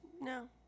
No